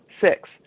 Six